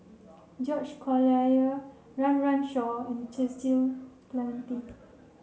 George Collyer Run Run Shaw and Cecil Clementi